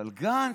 אבל גנץ?